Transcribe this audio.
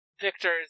Victor's